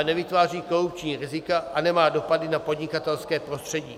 Nevytváří korupční rizika a nemá dopad na podnikatelské prostředí.